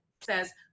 says